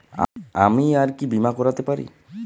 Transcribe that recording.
আমি আর কি বীমা করাতে পারি?